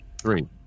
three